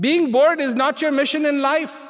being born is not your mission in life